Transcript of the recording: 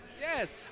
Yes